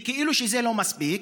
וכאילו זה לא מספיק,